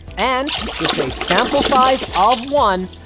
and it's a sample size of one,